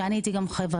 שבה הייתי גם חברה.